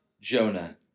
Jonah